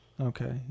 Okay